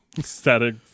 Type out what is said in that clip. static